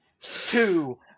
Two